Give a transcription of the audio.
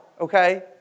okay